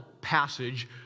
passage